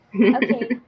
okay